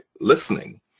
listening